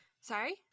sorry